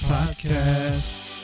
Podcast